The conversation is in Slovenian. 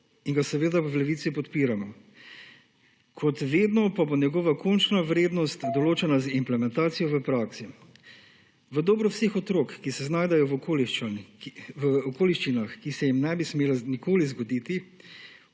in ga seveda v Levici podpiramo. Kot vedno pa bo njegova končna vrednost določena z implementacijo v praksi. V dobro vseh otrok, ki se znajdejo v okoliščinah, ki se jim ne bi smele nikoli zgoditi,